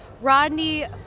Rodney